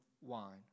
wine